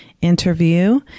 interview